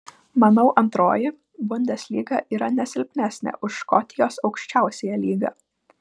manau antroji bundeslyga yra ne silpnesnė už škotijos aukščiausiąją lygą